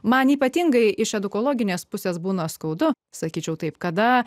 man ypatingai iš edukologinės pusės būna skaudu sakyčiau taip kada